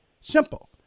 Simple